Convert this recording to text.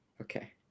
okay